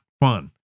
fun